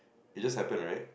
it just happened right